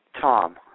Tom